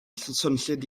swnllyd